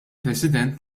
president